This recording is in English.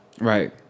Right